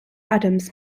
adams